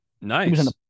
Nice